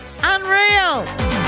Unreal